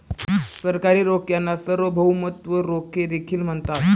सरकारी रोख्यांना सार्वभौमत्व रोखे देखील म्हणतात